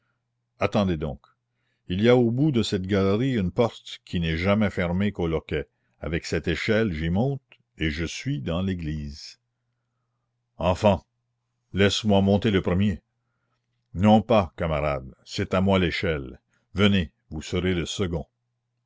attendez donc il y a au bout de cette galerie une porte qui n'est jamais fermée qu'au loquet avec cette échelle j'y monte et je suis dans l'église enfant laisse-moi monter le premier non pas camarade c'est à moi l'échelle venez vous serez le second